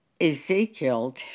Ezekiel